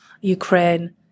Ukraine